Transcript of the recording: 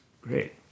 Great